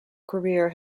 career